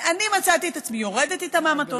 אני מצאתי את עצמי יורדת אתה מהמטוס,